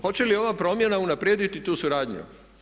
Hoće li ova promjena unaprijediti tu suradnju?